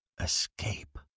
Escape